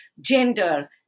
gender